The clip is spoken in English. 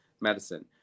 medicine